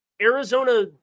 Arizona